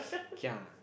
kia